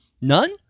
None